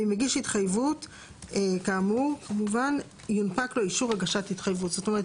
ואם הגיש התחייבות יונפק לו אישור הגשת התחייבות" זאת אומרת,